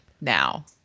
now